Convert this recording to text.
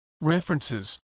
References